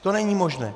To není možné!